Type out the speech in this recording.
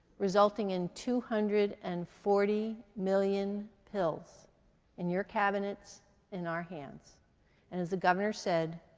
resulting in two hundred and forty million pills in your cabinets in our hands. and as the governor said,